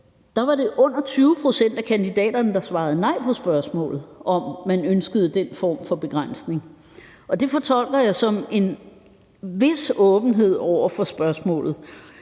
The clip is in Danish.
var det under 20 pct. af kandidaterne, der svarede nej på spørgsmålet om, om man ønskede den form for begrænsning. Det fortolker jeg som en vis åbenhed over for spørgsmålet.